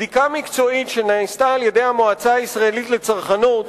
בדיקה מקצועית שנעשתה על-ידי המועצה הישראלית לצרכנות